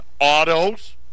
autos